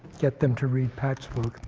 get them to read pat's book.